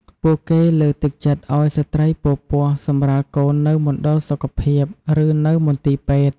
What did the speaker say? ពួកគេលើកទឹកចិត្តឱ្យស្ត្រីពរពោះសម្រាលកូននៅមណ្ឌលសុខភាព ឬនៅមន្ទីរពេទ្យ។